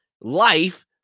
life